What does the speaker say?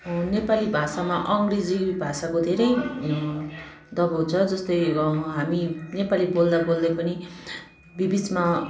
नेपाली भाषामा अङ्ग्रेजी भाषाको धेरै दबाब छ जस्तै हामी नेपाली बोल्दा बोल्दै पनि बि बिचमा